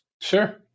Sure